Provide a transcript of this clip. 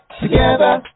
together